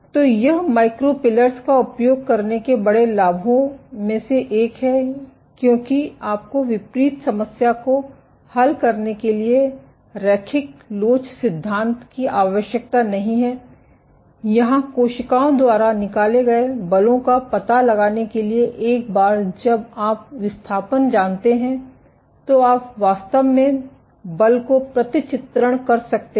तो यह micro pillars का उपयोग करने के बड़े लाभों में से एक है क्योंकि आपको विपरीत समस्या को हल करने के लिए रैखिक लोच सिद्धांत की आवश्यकता नहीं है यहां कोशिकाओं द्वारा निकाले गए बलों का पता लगाने के लिए एक बार जब आप विस्थापन जानते हैं तो आप वास्तव में बल को प्रतिचित्रण कर सकते हैं